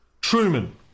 Truman